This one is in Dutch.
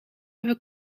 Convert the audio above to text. hebben